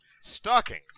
stockings